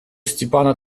степана